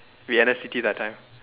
we an S_C_T that time